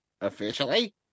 Officially